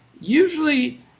usually